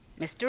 Mr